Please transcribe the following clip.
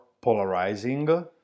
polarizing